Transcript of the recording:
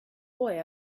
boy